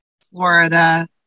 Florida